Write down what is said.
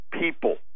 people